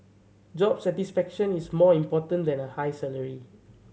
job satisfaction is more important than a high salary